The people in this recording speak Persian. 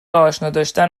آشناداشتن